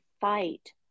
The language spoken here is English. fight